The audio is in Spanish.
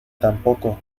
tampoco